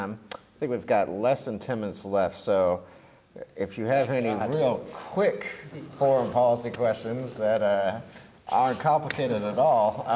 um think we've got less than ten minutes left, so if you have any real quick foreign policy questions that ah aren't complicated at all,